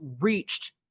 reached